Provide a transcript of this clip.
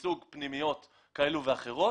מסוג פנימיות כאלו ואחרות,